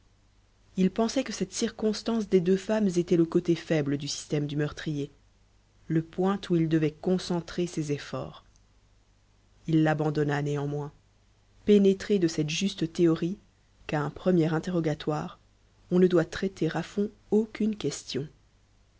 il pensait que cette circonstance des deux femmes était le côté faible du système du meurtrier le point où il devait concentrer ses efforts il l'abandonna néanmoins pénétré de cette juste théorie qu'à un premier interrogatoire on ne doit traiter à fond aucune question